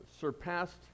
surpassed